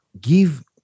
give